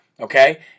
Okay